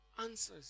Answers